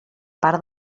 part